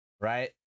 right